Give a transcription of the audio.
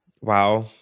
Wow